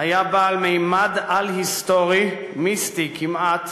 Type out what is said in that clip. היה בעל ממד על-היסטורי, מיסטי כמעט,